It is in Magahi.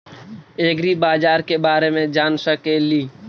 ऐग्रिबाजार के बारे मे जान सकेली?